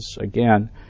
again